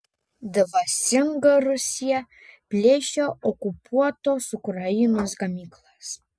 dvasinga rusija plėšia okupuotos ukrainos gamyklas